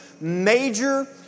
major